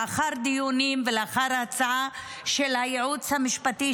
לאחר דיונים ולאחר ההצעה של הייעוץ המשפטי,